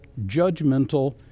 judgmental